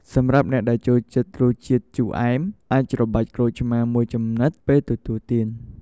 សម្រាប់អ្នកដែលចូលចិត្តរសជាតិជូរអែម អាចច្របាច់ក្រូចឆ្មារមួយចំណិតពេលទទួលទាន។